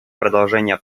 продолжения